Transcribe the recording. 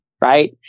right